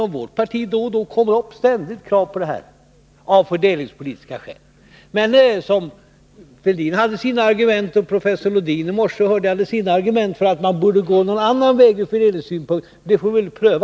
I vårt parti kommer ständigt upp krav på differentierad moms av fördelningspolitiska skäl. Thorbjörn Fälldin hade sina argument, och professor Lodin, hörde jag i morse, hade sina argument för att man borde gå någon annan väg från fördelningssynpunkt. Vi får väl pröva deras argument.